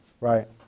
right